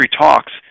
talks